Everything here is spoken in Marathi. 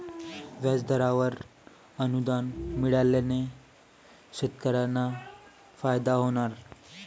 व्याजदरावर अनुदान मिळाल्याने शेतकऱ्यांना फायदा होणार